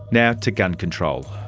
now to gun control.